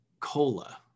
cola